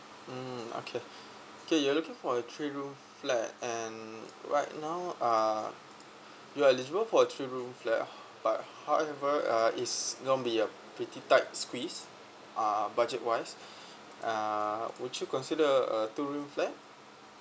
mm okay K you're looking for a three room flat and right now uh you're eligible for a three room flat but however uh is you know be uh pretty tight squeeze uh budget wise uh would you consider a two room flat